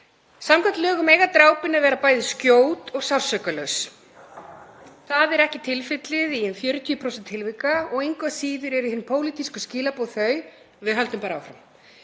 Samkvæmt lögum eiga drápin vera bæði skjót og sársaukalaus. Það er ekki tilfellið í um 40% tilvika og engu að síður eru hin pólitísku skilaboð þau að við höldum bara áfram.